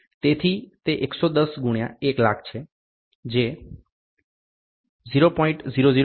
તેથી તે 110 ગુણ્યા 100000 છે જે 0